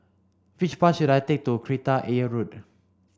which bus should I take to Kreta Ayer Road